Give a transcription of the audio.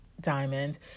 diamond